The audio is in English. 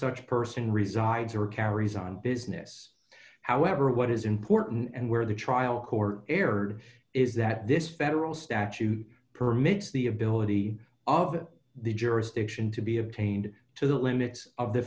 such person resides or carries on business however what is important and where the trial court erred is that this federal statute permits the ability of the jurisdiction to be obtained to the limits of the